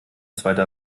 zweiter